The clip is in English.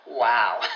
Wow